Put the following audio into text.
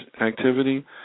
activity